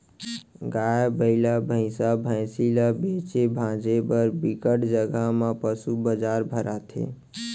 गाय, बइला, भइसा, भइसी ल बेचे भांजे बर बिकट जघा म पसू बजार भराथे